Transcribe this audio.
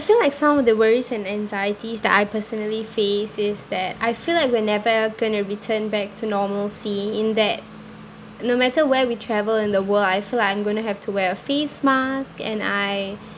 I feel like some of the worries and anxieties that I personally face is that I feel like we're never going to return back to normalcy in that no matter where we travel in the world I feel like I'm going to have to wear a face mask and I